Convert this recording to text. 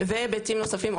והיבטים נוספים,